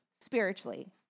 spiritually